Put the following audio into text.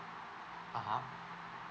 (uh huh)